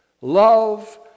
love